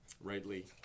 Rightly